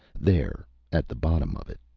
there, at the bottom of it,